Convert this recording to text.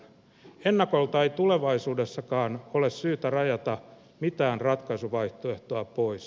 ennakolta ei tulevaisuudessakaan ole syytä rajata mitään ratkaisuvaihtoehtoa pois